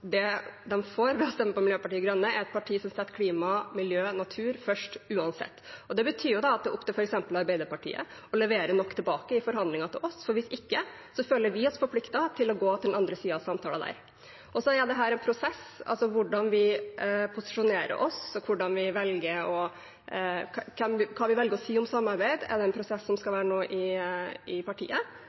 det de får ved å stemme på Miljøpartiet De Grønne, er et parti som setter klima, miljø og natur først uansett. Det betyr at det er opp til f.eks. Arbeiderpartiet å levere nok tilbake i forhandlinger til oss, for hvis ikke føler vi oss forpliktet til å gå til den andre siden og ha samtaler der. Dette er en prosess. Hvordan vi posisjonerer oss, og hva vi velger å si om samarbeid, skal det være en prosess på i partiet nå fram mot jul, og som